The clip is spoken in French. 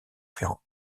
ferrand